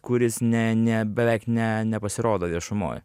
kuris ne ne beveik ne nepasirodo viešumoj